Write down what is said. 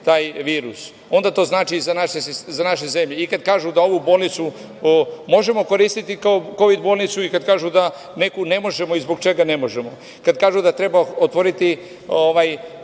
taj virus. Onda to znači i za našu zemlju. I kada kažu da ovu bolnicu možemo koristiti kao Kovid bolnicu i kada kažu da neku ne možemo i zbog čega ne možemo, kada kažu da treba otvoriti